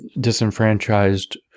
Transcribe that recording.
disenfranchised